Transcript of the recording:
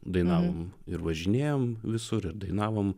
dainavome ir važinėjome visur ir dainavome